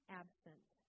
absent